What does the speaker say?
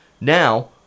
Now